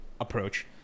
approach